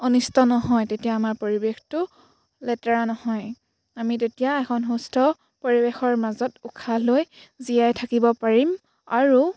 অনিষ্ট নহয় তেতিয়া আমাৰ পৰিৱেশটো লেতেৰা নহয় আমি তেতিয়া এখন সুস্থ পৰিৱেশৰ মাজত উশাহ লৈ জীয়াই থাকিব পাৰিম আৰু